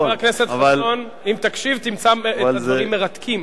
חבר הכנסת חסון, אם תקשיב תמצא את הדברים מרתקים.